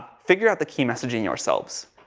figure out the key messaging yourselves.